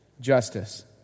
justice